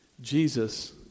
Jesus